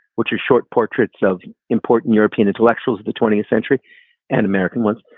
which are short portraits of important european intellectuals of the twentieth century and american ones.